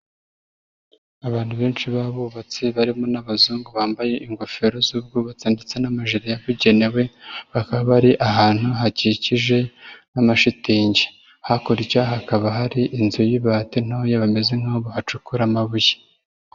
Abantu benshi b'abubatsi barimo n'abazungu bambaye ingofero z'ubwubatsi ndetse n'amajiri yabugenewe bakaba bari ahantu hakikije n'amashitingi, hakurya hakaba hari inzu y'ibati ntoya bameze nk'aho bahacukura amabuye.